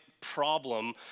problem